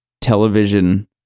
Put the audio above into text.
television